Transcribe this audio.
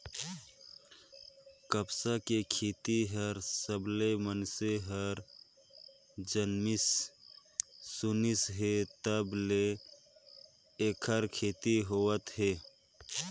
कपसा के खेती हर सबलें मइनसे हर जानिस सुनिस हे तब ले ऐखर खेती होवत हे